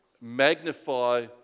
magnify